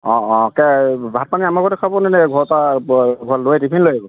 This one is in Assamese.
অঁ অঁ ভাত পানী আমাৰ ঘৰতে খাব নে ঘৰৰ পৰা এটা টিফিন লৈ আহিব